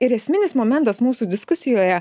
ir esminis momentas mūsų diskusijoje